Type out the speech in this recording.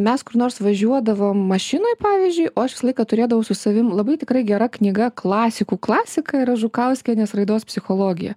mes kur nors važiuodavom mašinoj pavyzdžiui o aš visą laiką turėdavau su savim labai tikrai gera knyga klasikų klasika yra žukauskienės raidos psichologija